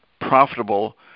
profitable